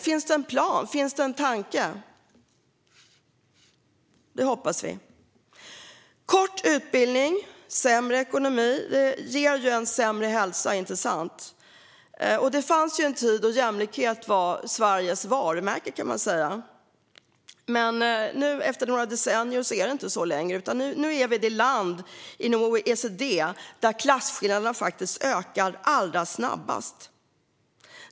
Finns det en plan, en tanke? Det hoppas vi. Kort utbildning och sämre ekonomi ger en sämre hälsa. Det fanns en tid när jämlikhet var Sveriges varumärke, men sedan några decennier är det inte så längre. Nu är vi det land inom OECD där klasskillnaderna faktiskt ökar allra snabbast.